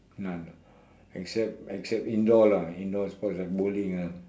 none except except indoor lah indoor sports like bowling ah